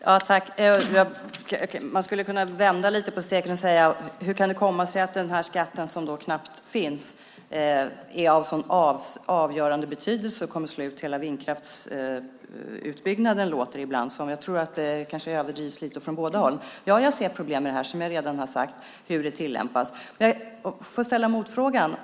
Fru talman! Man skulle kunna vända lite på steken och säga: Hur kan det komma sig att den här skatten som knappt finns är av så avgörande betydelse och kommer att slå ut hela vindkraftsutbygganden, som det ibland låter? Jag tror att det kanske överdrivs lite från båda håll. Ja, jag ser problem, som jag tidigare har sagt, med hur den tillämpas. Jag vill ställa en motfråga.